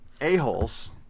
a-holes